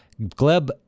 Gleb